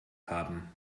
haben